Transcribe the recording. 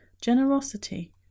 generosity